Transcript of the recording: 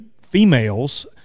females